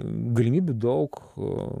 galimybių daug